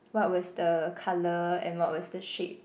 what was the colour and what was the shade